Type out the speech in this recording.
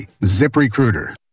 ZipRecruiter